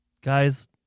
guys